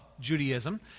Judaism